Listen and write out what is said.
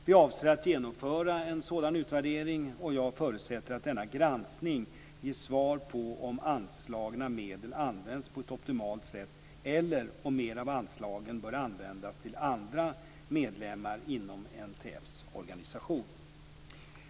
Vi avser att genomföra en sådan utvärdering och jag förutsätter att denna granskning ger svar på om anslagna medel används på ett optimalt sätt eller om mer av anslagen bör användas till andra medlemmar inom NTF:s organisation.